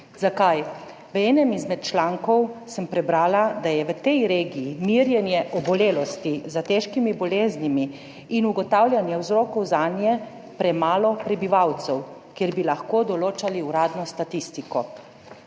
Zakaj? V enem izmed člankov sem prebrala, da je v tej regiji za merjenje obolelosti za težkimi boleznimi in ugotavljanje vzrokov zanje premalo prebivalcev, da bi lahko določali uradno statistiko.